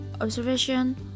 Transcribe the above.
observation